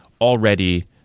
already